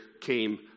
came